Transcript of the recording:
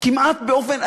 כמעט באופן,